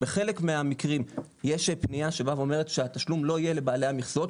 בחלק מהמקרים יש פנייה שבאה ואומרת שהתשלום לא יהיה לבעלי המכסות,